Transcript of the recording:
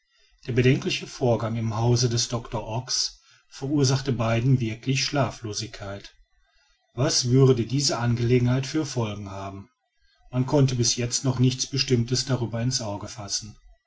der bedenkliche vorgang im hause des doctor ox verursachte beiden wirkliche schlaflosigkeit was würde diese angelegenheit für folgen haben man konnte bis jetzt noch nichts bestimmtes darüber in's auge fassen